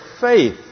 faith